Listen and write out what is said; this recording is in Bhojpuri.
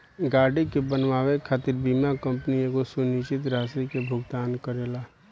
गाड़ी के बनावे खातिर बीमा कंपनी एगो सुनिश्चित राशि के भुगतान करेला